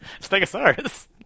Stegosaurus